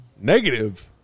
negative –